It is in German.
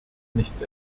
nichts